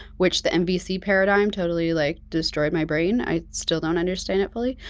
which the and mvc paradigm totally like destroyed my brain. i still don't understand it fully.